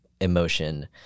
emotion